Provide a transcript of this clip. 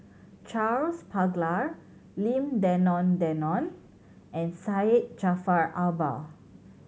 Charles Paglar Lim Denan Denon and Syed Jaafar Albar